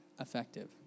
effective